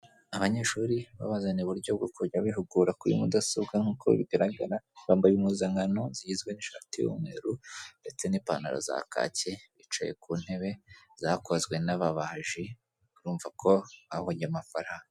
Abanyeshuri babazananiye uburyo bwo kujya bahugura kuri mudasobwa nkuko bigaragara. Bambaye impuzankano zigizwe n'ishati y'umweru ndetse n'ipantaro za kaki, bicaye ku ntebe zakozwe n'ababaji urumva ko babonye amafaranga.